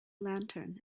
lantern